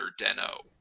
deno